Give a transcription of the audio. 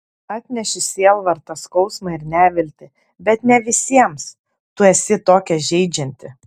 atneši sielvartą skausmą ir neviltį bet ne visiems tu esi tokia žeidžianti